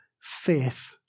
faith